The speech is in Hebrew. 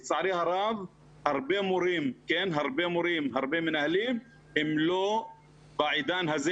לצערי הרב הרבה מורים והרבה מנהלים הם לא בעידן הזה.